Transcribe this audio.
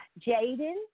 Jaden